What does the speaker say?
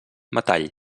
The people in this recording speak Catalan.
metall